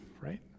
right